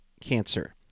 cancer